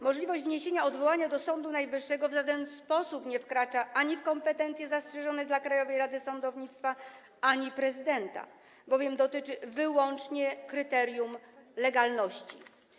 Możliwość wniesienia odwołania do Sądu Najwyższego w żaden sposób nie wkracza w kompetencje ani zastrzeżone dla Krajowej Rady Sądownictwa, ani prezydenta, bowiem dotyczy wyłącznie kryterium legalności.